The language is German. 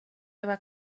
aber